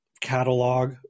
catalog